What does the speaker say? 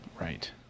right